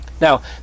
Now